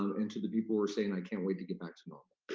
um and to the people who are saying, i can't wait to get back to normal.